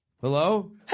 Hello